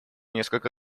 несколько